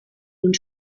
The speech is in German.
und